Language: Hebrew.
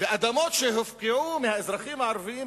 ואדמות שהופקעו בזמנן מהאזרחים הערבים,